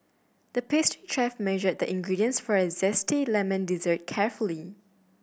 the paste chef measured the ingredients for a zesty lemon dessert carefully